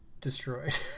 destroyed